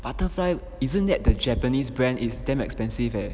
Butterfly isn't that the japanese brand is damn expensive leh